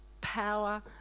power